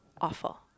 awful